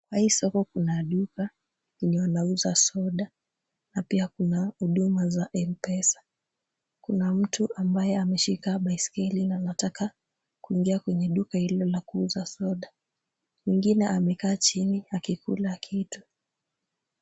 Kwa hii soko kuna duka yenye wanauza soda na pia kuna huduma za M-Pesa. Kuna mtu ambaye ameshika baiskeli na anataka kuingia kwenye duka hilo la kuuza soda. Mwingine amekaa chini akikula kitu.